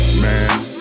man